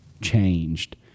changed